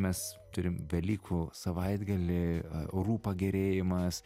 mes turim velykų savaitgalį orų pagerėjimas